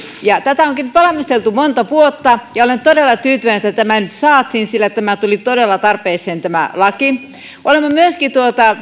tätä onkin nyt valmisteltu monta vuotta ja olen todella tyytyväinen että tämä nyt saatiin sillä tuli todella tarpeeseen tämä laki olemme myöskin